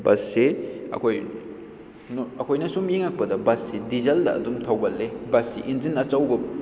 ꯕꯁꯁꯤ ꯑꯩꯈꯣꯏ ꯑꯩꯈꯣꯏꯅ ꯁꯨꯝ ꯌꯦꯡꯉꯛꯄꯗ ꯕꯁꯁꯤ ꯗꯤꯖꯜꯅ ꯑꯗꯨꯝ ꯊꯧꯒꯜꯂꯤ ꯕꯁꯁꯤ ꯏꯟꯖꯤꯟ ꯑꯆꯧꯕ